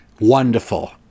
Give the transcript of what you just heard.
wonderful